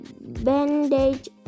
bandage